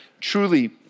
truly